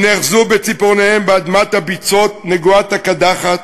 הם נאחזו בציפורניהם באדמת הביצות נגועת הקדחת